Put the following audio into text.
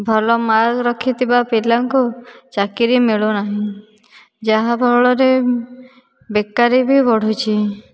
ଭଲ ମାର୍କ ରଖିଥିବା ପିଲାଙ୍କୁ ଚାକିରୀ ମିଳୁନାହିଁ ଯାହା ଫଳରେ ବେକାରୀ ବି ବଢ଼ୁଛି